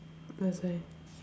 that's why